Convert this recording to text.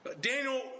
Daniel